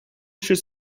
should